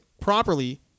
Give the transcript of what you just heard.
properly